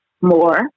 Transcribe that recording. more